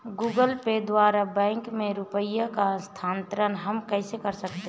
Google Pay द्वारा bank में रुपयों का स्थानांतरण हम कैसे कर सकते हैं?